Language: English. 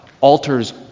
alters